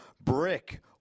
Brick